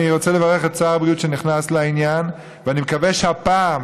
אני רוצה לברך את שר הבריאות שנכנס לעניין ואני מקווה שהפעם,